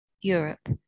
Europe